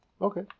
okay